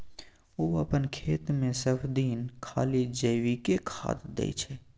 ओ अपन खेतमे सभदिन खाली जैविके खाद दै छै